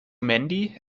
mandy